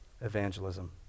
evangelism